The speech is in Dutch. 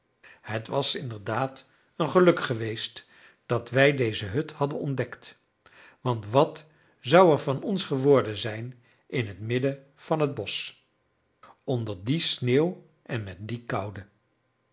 het was inderdaad een geluk geweest dat wij deze hut hadden ontdekt want wat zou er van ons geworden zijn in t midden van t bosch onder die sneeuw en met die koude